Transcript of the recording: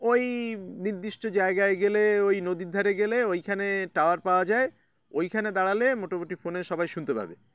ওই নির্দিষ্ট জায়গায় গেলে ওই নদীর ধারে গেলে ওইখানে টাওয়ার পাওয়া যায় ওইখানে দাঁড়ালে মোটামুটি ফোনে সবাই শুনতে পাবে